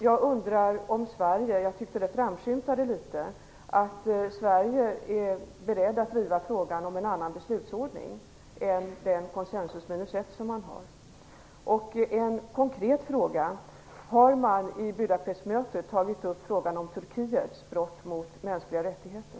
Jag undrar om Sverige - jag tyckte att det framskymtade litet - är berett att driva frågan om en annan beslutsordning än den konsensusregel som man nu har. En konkret fråga: Har man vid Budapestmötet tagit upp frågan om Turkiets brott mot mänskliga rättigheter?